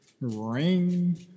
Ring